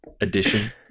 edition